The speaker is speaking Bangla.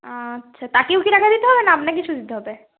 আচ্ছা তাকেও কি টাকা দিতে হবে না আপনাকেই শুধু দিতে হবে